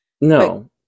no